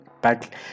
back